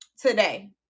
today